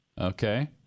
Okay